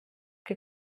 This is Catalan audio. que